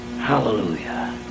Hallelujah